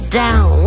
down